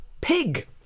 Pig